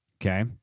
Okay